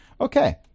Okay